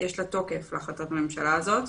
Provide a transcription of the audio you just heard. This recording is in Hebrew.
יש תוקף להחלטת הממשלה הזאת.